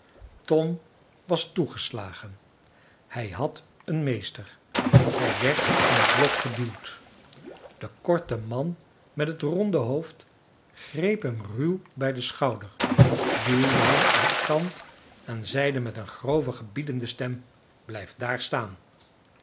tom was toegeslagen hij had een meester hij werd van het blok geduwd de korte man met het ronde hoofd greep hem ruw bij den schouder duwde hem aan een kant en zeide met een grove gebiedende stem blijf daar staan